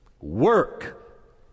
work